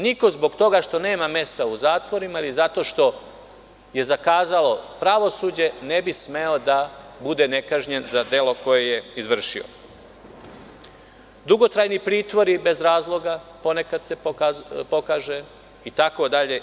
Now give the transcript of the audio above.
Niko zbog toga što nema mesta u zatvorima ili zato što je zakazalo pravosuđe ne bi smeo da bude nekažnjen za delo koje je izvršio, dugotrajni pritvori, bez razloga, ponekad se pokaže itd.